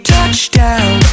Touchdown